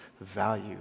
value